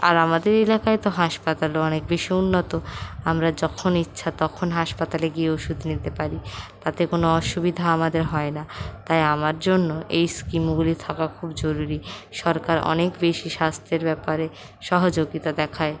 আর আমাদের এলাকায় তো হাসপাতালও অনেক বেশি উন্নত আমরা যখন ইচ্ছা তখন হাসপাতালে গিয়ে ওষুধ নিতে পারি তাতে কোনও অসুবিধা আমাদের হয় না তাই আমার জন্য এই স্কিমগুলি থাকা খুব জরুরি সরকার অনেক বেশি স্বাস্থ্যের ব্যাপারে সহযোগিতা দেখায়